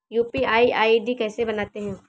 UPI ID कैसे बनाते हैं?